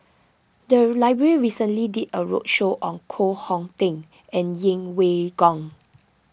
the library recently did a roadshow on Koh Hong Teng and Yeng Pway Ngon